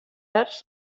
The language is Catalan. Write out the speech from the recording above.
terç